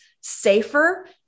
safer